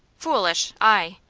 foolish! i?